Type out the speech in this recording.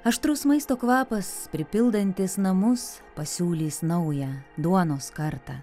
aštrus maisto kvapas pripildantis namus pasiūlys naują duonos kartą